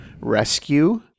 Rescue